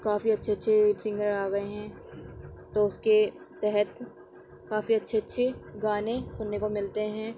کافی اچھے اچھے سنگر آگئے ہیں تو اس کے تحت کافی اچھے اچھے گانے سننے کو ملتے ہیں